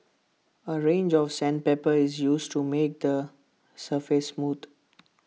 A range of sandpaper is used to make the surface mood